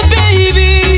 baby